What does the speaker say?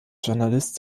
journalist